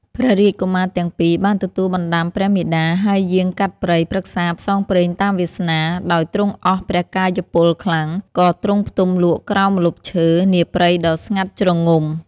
ព្រះរាជកុមារទាំង ២ បានទទួលបណ្តាំព្រះមាតា ហើយយាងកាត់ព្រៃ ព្រឹក្សាផ្សងព្រេងតាមវាសនា ដោយទ្រង់អស់ព្រះកាយពលខ្លាំង ក៏ទ្រង់ផ្ទំលក់ក្រោមម្លប់ឈើ នាព្រៃដ៏ស្ងាត់ ជ្រង់ ។